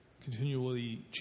continually